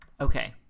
Okay